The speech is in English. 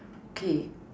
okay